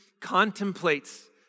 contemplates